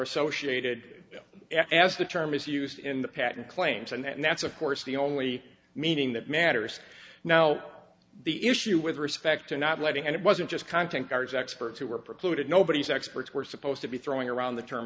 associated as the term is used in the patent claims and that's of course the only meaning that matters now the issue with respect to not letting and it wasn't just content guards experts who were precluded nobody's experts were supposed to be throwing around the term